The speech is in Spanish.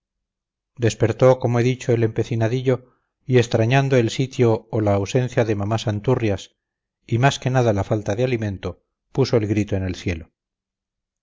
despertó como he dicho el empecinadillo y extrañando el sitio o la ausencia de mamá santurrias y más que nada la falta de alimento puso el grito en el cielo